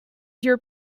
your